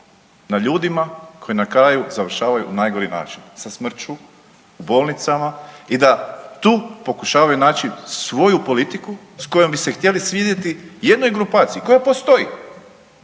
na ljudima koji na kraju završavaju na najgori način sa smrću u bolnicama i da tu pokušavaju naći svoju politiku s kojom bi se htjeli svidjeti jednoj grupaciji koja postoji